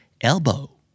elbow